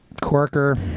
Corker